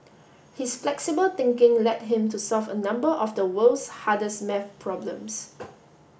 his flexible thinking led him to solve a number of the world's hardest maths problems